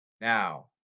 Now